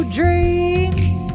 dreams